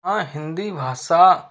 हाँ हिंदी भाषा